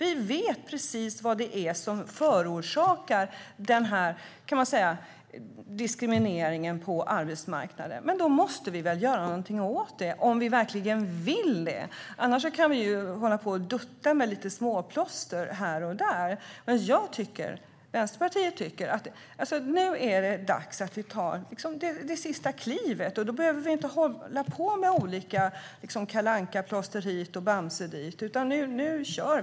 Vi vet precis vad det är som förorsakar diskrimineringen på arbetsmarknaden. Då måste vi väl göra någonting åt det om vi verkligen vill det. Annars kan vi hålla på och dutta med lite småplåster här och där. Jag och Vänsterpartiet tycker att det nu är dags att vi tar det sista klivet. Då behöver vi inte hålla på med olika Kalle Anka-plåster hit och Bamse-plåster dit.